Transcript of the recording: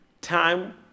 Time